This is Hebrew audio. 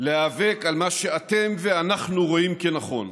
להיאבק על מה שאתם ואנחנו רואים כנכון,